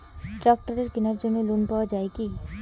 ট্রাক্টরের কেনার জন্য লোন পাওয়া যায় কি?